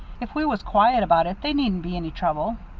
if we was quiet about it, they needn't be any trouble?